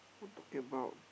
what talking about